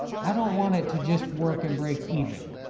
i don't want it to just work and break even.